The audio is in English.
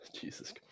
Jesus